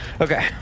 Okay